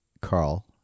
Carl